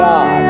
God